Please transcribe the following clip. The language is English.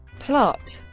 plot